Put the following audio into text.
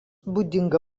būdinga